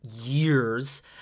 years